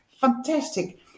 fantastic